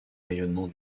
rayonnement